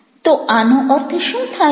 તો આનો અર્થ શું થાય છે